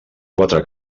quatre